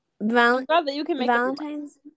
Valentine's